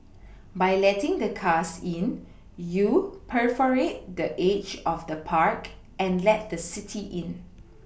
by letting the cars in you perforate the edge of the park and let the city in